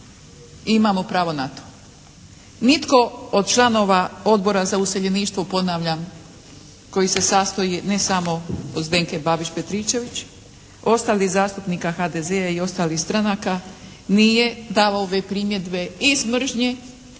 imamo pravo na to. Nitko od članova Odbora za useljeništvo ponavljam, koji se sastoji ne samo od Zdenke Babić Petričević, ostalih zastupnika HDZ-a i ostalih stranaka nije davao ove primjedbe iz mržnje